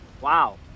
Wow